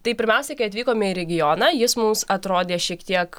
tai pirmiausiai kai atvykome į regioną jis mums atrodė šiek tiek